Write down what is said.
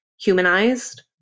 humanized